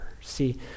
See